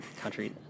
country